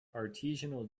artisanal